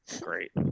Great